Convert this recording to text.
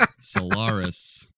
Solaris